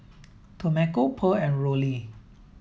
Tomeka Pearl and Rollie